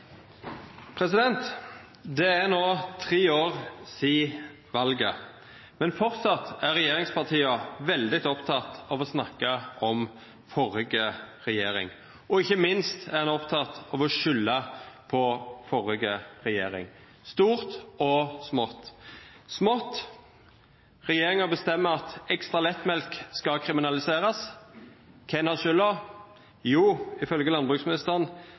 Det er no tre år sidan valet, men framleis er regjeringspartia veldig opptekne av å snakka om førre regjering, og ikkje minst er ein oppteken av å skylda på førre regjering – i stort og smått. Smått: Regjeringa bestemmer at Ekstra lettmjølk skal kriminaliserast. Kven har skylda? Jo, ifølgje landbruksministeren